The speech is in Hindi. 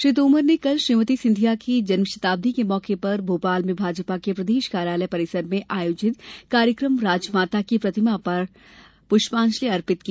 श्री तोमर ने कल श्रीमती सिंधिया की जन्म शताब्दी के मौके पर भोपाल में भाजपा के प्रदेश कार्यालय परिसर में आयोजित कार्यक्रम राजमाता की प्रतिमा पर पुष्पांजलि भी अर्पित की